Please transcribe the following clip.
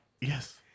Yes